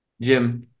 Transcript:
Jim